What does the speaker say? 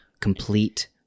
complete